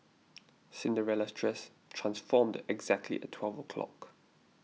Cinderella's dress transformed exactly at twelve o'clock